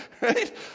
right